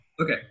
Okay